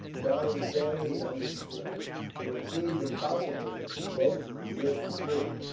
charlie fairly held his breath for it seemed impossible that the boat could live through it.